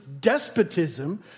despotism